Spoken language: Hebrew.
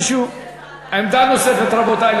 עמדה נוספת, רבותי?